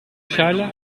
chasles